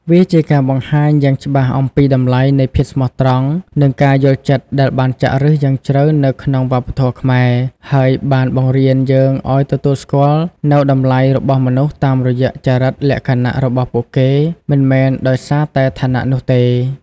វាជាការបង្ហាញយ៉ាងច្បាស់អំពីតម្លៃនៃភាពស្មោះត្រង់និងការយល់ចិត្តដែលបានចាក់ឫសយ៉ាងជ្រៅនៅក្នុងវប្បធម៌ខ្មែរ ហើយបានបង្រៀនយើងឲ្យទទួលស្គាល់នូវតម្លៃរបស់មនុស្សតាមរយៈចរិតលក្ខណៈរបស់ពួកគេ មិនមែនដោយសារតែឋានៈនោះទេ។